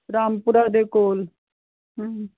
ਰਾਮਪੁਰਾ ਦੇ ਕੋਲ ਹੁੰ